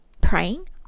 praying